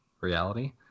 reality